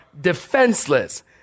defenseless